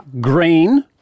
green